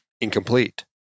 Incomplete